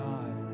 God